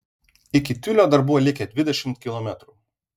iki tiulio dar buvo likę dvidešimt kilometrų